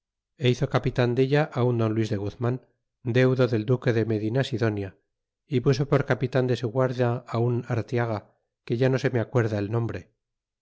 é hizo capitan delta á un don luis de guzman deudo del duque de medinasidonia y puso por capitan de su guarda á un artiaga que ya no se me acuerda el nombre